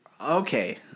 Okay